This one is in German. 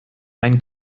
ein